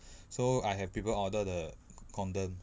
so I have people order the condom